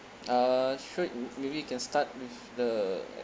uh straight m~ maybe you can start with the